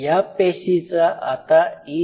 या पेशीचा आता E